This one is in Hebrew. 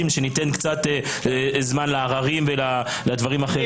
כדי לתת קצת זמן לעררים ולדברים האחרים.